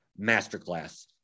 masterclass